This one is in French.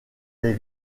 des